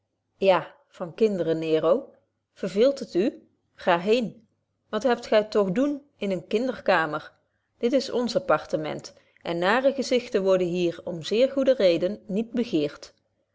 ja van kinderen nero verveelt het u ga heen wat hebt gy toch te doen in een inderkamer dit is ons apartement en nare gezichten worden hier om zeer goede reden niet begeert